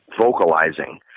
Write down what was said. vocalizing